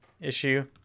issue